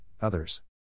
others